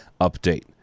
update